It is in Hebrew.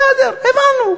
בסדר, הבנו.